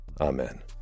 Amen